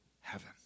heaven